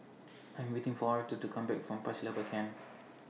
I'm waiting For Arther to Come Back from Pasir Laba Camp